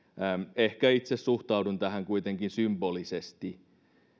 ehkä itse suhtaudun tähän kuitenkin symbolisesti